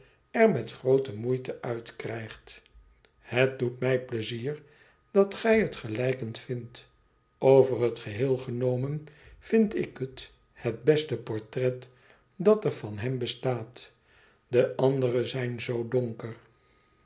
er met groote moeite uitkrijgt het doet mij pleizier dat gij het gelijkend vindt over het geheel genomen vind ik het het beste portret dat er van hem bestaat de andere zijn zoo donker